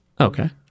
Okay